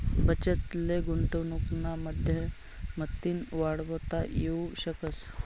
बचत ले गुंतवनुकना माध्यमतीन वाढवता येवू शकस